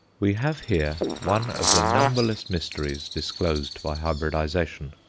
we have here one of the numberless mysteries disclosed by hybridization.